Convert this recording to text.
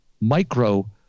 micro